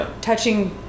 touching